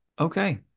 Okay